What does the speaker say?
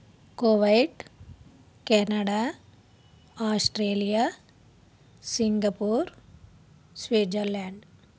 Kuwait Canada Australia Singapore Switzerland